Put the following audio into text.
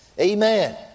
Amen